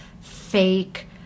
fake